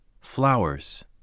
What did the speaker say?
Flowers